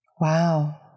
Wow